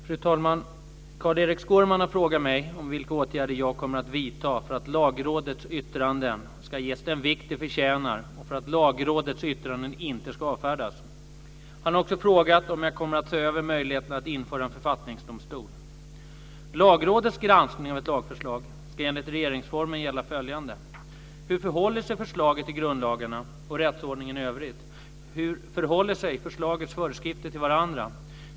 Fru talman! Carl-Erik Skårman har frågat mig vilka åtgärder jag kommer att vidta för att Lagrådets yttranden ska ges den vikt de förtjänar och för att Lagrådets yttranden inte ska avfärdas. Han har också frågat om jag kommer att se över möjligheterna att införa en författningsdomstol. Lagrådets granskning av ett lagförslag ska enligt regeringsformen gälla följande: Hur förhåller sig förslaget till grundlagarna och rättsordningen i övrigt? Hur förhåller sig förslagets föreskrifter till varandra?